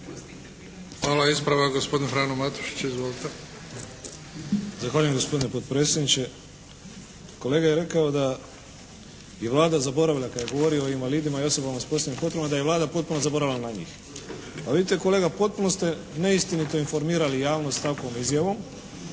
Hvala. Ispravak gospodin Frano Matušić. Izvolite. **Matušić, Frano (HDZ)** Zahvaljujem gospodine potpredsjedniče. Kolega je rekao da je Vlada zaboravila kad je govorio o invalidima i osobama s posebnim potrebama da je Vlada potpuno zaboravila na njih. Pa vidite kolega, potpuno ste neistinito informirali javnost takvom izjavom